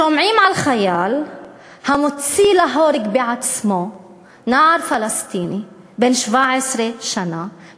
שומעים על חייל המוציא להורג בעצמו נער פלסטיני בן 17 שנה,